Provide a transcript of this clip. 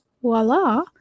voila